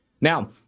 Now